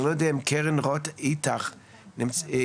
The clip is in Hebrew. אני מבקש לשמוע את קרן רוט איטח, ממשרד החינוך.